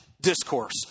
Discourse